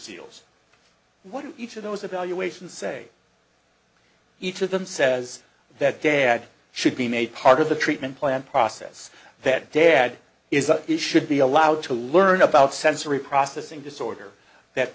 seals one to each of those evaluations say each of them says that dad should be made part of the treatment plan process that dad is issued be allowed to learn about sensory processing disorder that